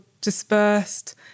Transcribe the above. dispersed